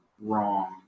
wrong